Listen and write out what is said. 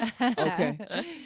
okay